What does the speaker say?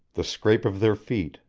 the scrape of their feet,